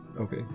Okay